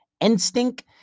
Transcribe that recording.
instinct